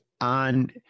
on